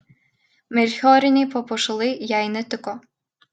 melchioriniai papuošalai jai netiko